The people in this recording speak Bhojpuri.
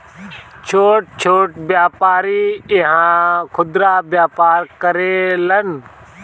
छोट छोट व्यापारी इहा खुदरा व्यापार करेलन